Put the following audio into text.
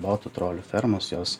botų trolių fermos jos